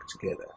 together